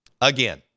again